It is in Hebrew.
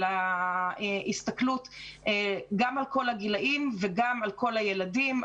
על ההסתכלות גם על כלל הגילים וגם על כל הילדים,